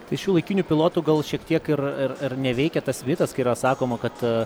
tai šiųlaikinių pilotų gal šiek tiek ir ir ir neveikia tas mitas kai yra sakoma kad